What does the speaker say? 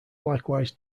likewise